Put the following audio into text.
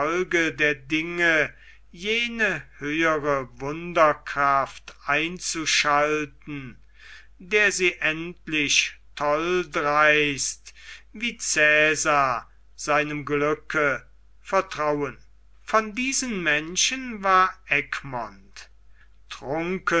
der dinge jene höhere wunderkraft einschalten der sie endlich tolldreist wie cäsar seinem glücke vertrauen von diesen menschen war egmont